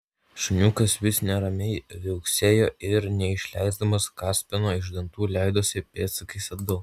šuniukas vis neramiai viauksėjo ir neišleisdamas kaspino iš dantų leidosi pėdsakais atgal